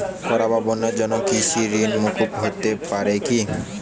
খরা বা বন্যার জন্য কৃষিঋণ মূকুপ হতে পারে কি?